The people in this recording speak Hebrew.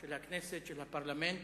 של הכנסת, של הפרלמנט,